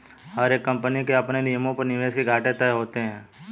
हर एक कम्पनी के अपने नियमों पर निवेश के घाटे तय होते हैं